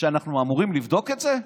שאנחנו אמורים לבדוק את זה?